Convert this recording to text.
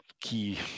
key